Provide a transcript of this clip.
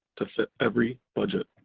to fit every budget.